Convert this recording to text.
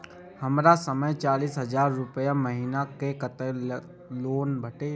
हमर कमाय चालीस हजार रूपया महिना छै कतैक तक लोन भेटते?